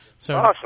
Awesome